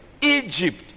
Egypt